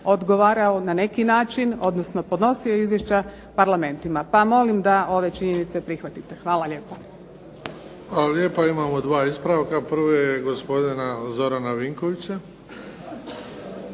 odgovarao na neki način, odnosno podnosio Izvješća parlamentima, pa molim vas da ove činjenice prihvatite. Hvala lijepa. **Bebić, Luka (HDZ)** Hvala lijepa. Imamo dva ispravka, prvi je gospodina zastupnika Zorana Vinkovića.